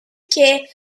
care